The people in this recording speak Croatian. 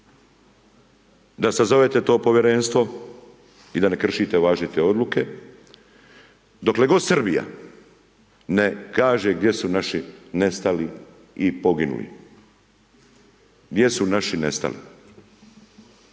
da sazovete to Povjerenstvo i da ne kršite važeće odluke, dokle god Srbija ne kaže gdje su naši nestali i poginuli. Gdje su naši nestali?